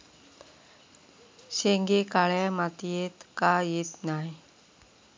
शेंगे काळ्या मातीयेत का येत नाय?